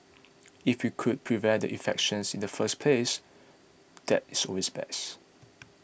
if we could prevent the infections in the first place that is always best